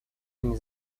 нами